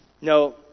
no